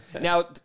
Now